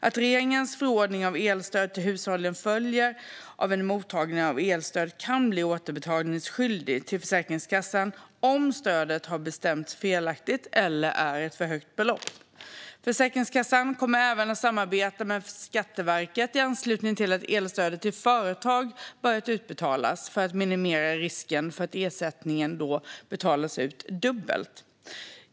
Av regeringens förordningar om elstöd till hushållen följer att en mottagare av elstöd kan bli återbetalningsskyldig till Försäkringskassan om stödet har bestämts felaktigt eller med för högt belopp. Försäkringskassan kommer även att samarbeta med Skatteverket i anslutning till att elstödet till företag börjar utbetalas för att minimera risken för att ersättning betalas ut dubbelt.